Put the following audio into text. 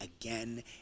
again